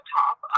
top